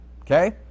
Okay